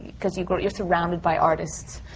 because you're you're surrounded by artists.